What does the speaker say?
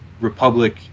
Republic